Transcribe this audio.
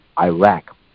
Iraq